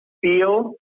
feel